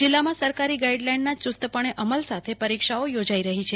જિલ્લામાં સરકારી ગાઈડ લાઈનના યુસ્તપણે અમલ સાથે પરીક્ષાઓ યોજાઈ રહી છે